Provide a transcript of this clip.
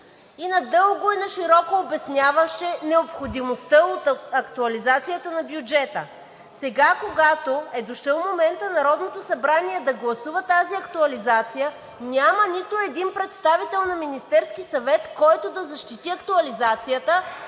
и надълго и нашироко обясняваше необходимостта от актуализацията на бюджета. Сега, когато е дошъл моментът Народното събрание да гласува тази актуализация, няма нито един представител на Министерския съвет, който да защити актуализацията,